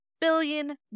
billion